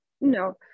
No